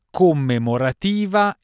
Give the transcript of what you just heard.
commemorativa